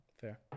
Fair